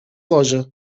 loja